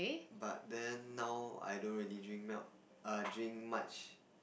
but then now I don't really drink milk err drink much